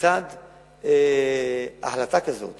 החלטה כזאת